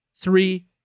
three